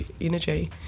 energy